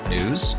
News